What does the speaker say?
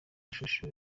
ishusho